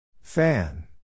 Fan